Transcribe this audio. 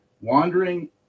Wandering